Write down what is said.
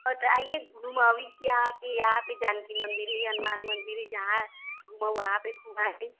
हँ तऽ आइये घुमाबैत छी अहाँकेँ यहाँ पर जानकी मन्दिर हनुमान मन्दिर जहाँ घुमब वहाँ पर घुमा देब